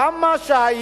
כמה היה